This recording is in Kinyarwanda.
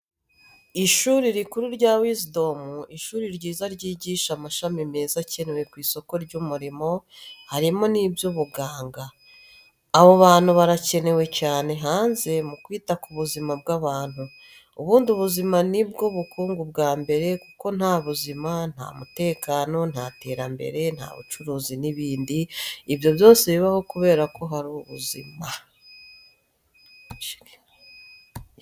Ishuri rikuru rya Wizidomu, ishuri ryiza ryigisha amashami meza akenewe ku isoko ry'umurimo, harimo n'ibyubuganga. Abo bantu barakenewe cyane hanze mu kwita ku buzima bw'abantu. Ubundi ubuzima ni bwo bukungu bwa mbere kuko nta buzima nta mutekano, nta terambere, nta bucuruzi n'ibindi. Ibyo byose bibaho kubera ko hari ubuzima.